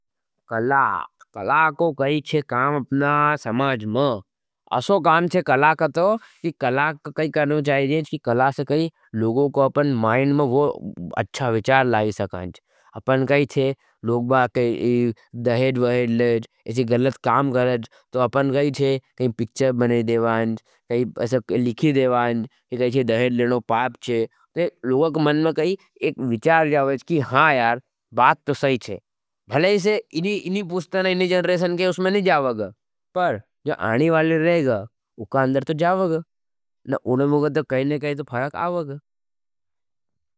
कलाको कही चे काम अपना समाज में असो काम चे कलाक थो। कि कलाक कही करना चाहिए चे कि कलाक से कही लोगो को अपने मैंड में वो अच्छा विचार लाई सकाँच। अपने कही चे लोग बात कही दहेड वहेड लेज इसे गलत काम करच। तो तो अपने कही चे कही पिच्चर बने देवाएँच कही ऐसा लिखी देवाएँच कही चे दहेड लेना पाप चे तो लोगो का मन में कही एक विचार जाओएँच। कि हाँ यार बात तो सही चे भले इसे इनी पूस्ता न इनी जनरेशन के उसमें नी जाओग पर जो आनी वाली रहेग उका अंदर तो जाओग न उने मुगद कही न कही तो फ़राक आओग।